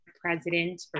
President